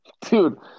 Dude